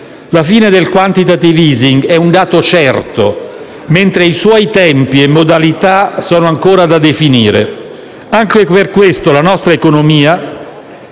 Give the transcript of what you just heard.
La fine del *quantitative easing* (QE) è un dato certo, mentre i suoi tempi e le sue modalità sono ancora da definire. Anche per questo la nostra economia,